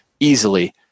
easily